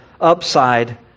upside